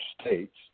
states